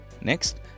Next